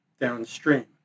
downstream